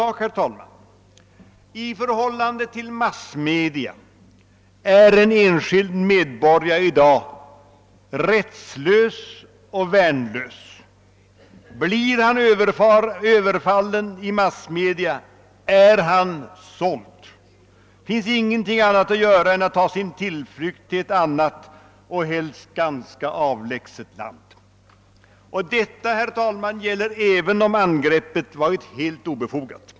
I förhållande till massmedia är en enskild medborgare i dag rättslös och värnlös. Blir han överfallen 1 massmedia, är han såld. Det finns ingenting annat att göra än att ta sin tillflykt till ett annat och helst ganska avlägset land. Detta, herr talman, gäller även om angreppet varit helt obefogat.